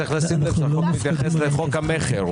צריך לשים שהוא לא מתייחס לחוק המכר.